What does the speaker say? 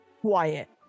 quiet